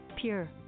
Pure